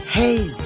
Hey